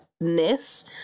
ness